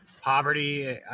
poverty